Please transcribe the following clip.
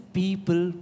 people